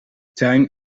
tuin